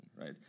right